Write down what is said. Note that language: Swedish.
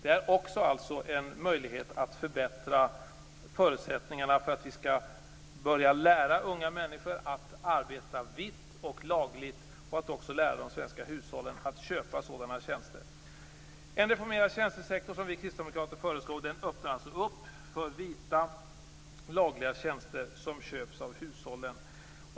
Här ges också en möjlighet att förbättra förutsättningarna att lära unga människor att arbeta vitt och lagligt och att också lära de svenska hushållen att köpa sådana tjänster. En reformerad tjänstesektor, som vi kristdemokrater föreslår, öppnar alltså för vita, lagliga tjänster som köps av hushållen.